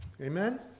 Amen